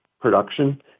production